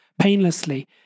painlessly